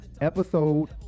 Episode